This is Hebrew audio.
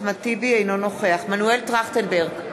אינו נוכח מנואל טרכטנברג,